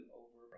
over